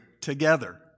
together